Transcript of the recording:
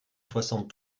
soixante